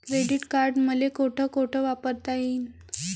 Credit card मले कोठ कोठ वापरता येईन?